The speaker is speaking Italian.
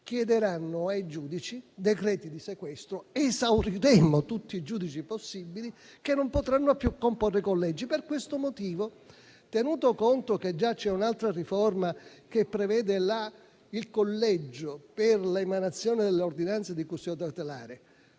chiederanno ai giudici decreti di sequestro. Esauriremmo tutti i giudici possibili che non potranno più comporre collegi. Per questo motivo, tenuto conto che già c'è un'altra riforma che prevede il collegio per l'emanazione dell'ordinanza di custodia cautelare